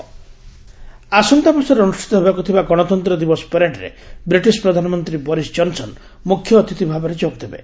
Boris Johnson ଆସନ୍ତା ମାସରେ ଅନୁଷ୍ଠିତ ହେବାକୁ ଥିବା ଗଣତନ୍ତ୍ର ଦିବସ ପରେଡରେ ବ୍ରିଟିଶ ପ୍ରଧାନମନ୍ତ୍ରୀ ବୋରିସ୍ ଜନସନ ମୁଖ୍ୟ ଅତିଥି ଭାବରେ ଯୋଗଦେବେ